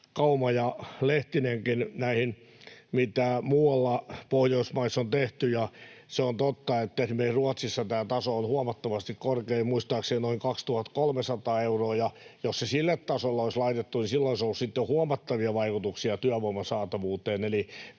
puheenvuoroissa — näihin, mitä muualla Pohjoismaissa on tehty, ja se on totta, että esimerkiksi Ruotsissa tämä taso on huomattavasti korkeampi, muistaakseni noin 2 300 euroa, ja jos se sille tasolle olisi laitettu, niin sillä olisi ollut sitten huomattavia vaikutuksia työvoiman saatavuuteen.